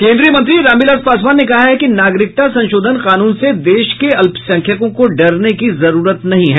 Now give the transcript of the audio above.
केन्द्रीय मंत्री रामविलास पासवान ने कहा है कि नागरिकता संशोधन कानून से देश के अल्पसंख्यकों को डरने की जरूरत नहीं है